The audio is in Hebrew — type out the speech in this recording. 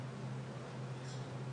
בסרטן,